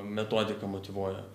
metodika motyvuoja